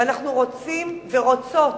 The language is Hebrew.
ואנחנו רוצים, ורוצות,